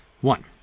One